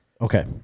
Okay